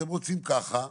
אתם רוצים ככה,